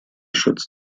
schutz